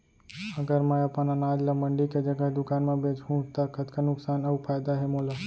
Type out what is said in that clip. अगर मैं अपन अनाज ला मंडी के जगह दुकान म बेचहूँ त कतका नुकसान अऊ फायदा हे मोला?